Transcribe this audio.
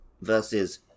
versus